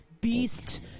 Beast